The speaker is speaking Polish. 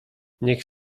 niech